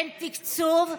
אין תקצוב,